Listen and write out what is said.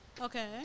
Okay